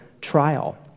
trial